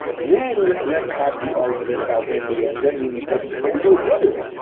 then, let's have the argument about when we ah when we need government, but we do it the other way.